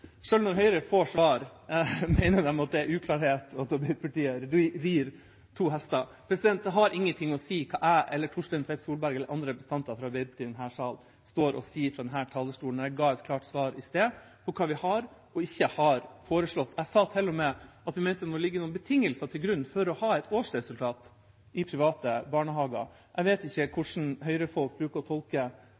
Høyre får svar, mener de det er uklart og at Arbeiderpartiet rir to hester. Det har ingen ting å si hva jeg, Torstein Tvedt Solberg eller andre representanter fra Arbeiderpartiet i denne sal står og sier fra denne talerstolen. Jeg ga et klart svar i sted på hva vi har og ikke har foreslått. Jeg sa til og med at vi mente det må ligge noen betingelser til grunn for å ha et årsresultat i private barnehager. Jeg vet ikke hvordan Høyre-folk bruker å tolke